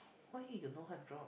why he no that job